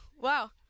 Wow